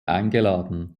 eingeladen